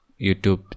youtube